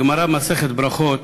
הגמרא במסכת ברכות